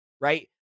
right